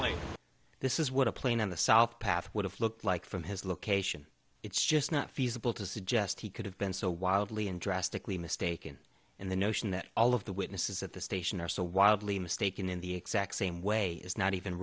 why this is what a plane on the south path would have looked like from his location it's just not feasible to suggest he could have been so wildly and drastically mistaken in the notion that all of the witnesses at the station are so wildly mistaken in the exact same way is not even